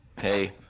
Hey